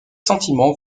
sentiments